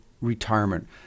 retirement